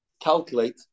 calculate